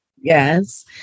Yes